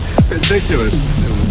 ridiculous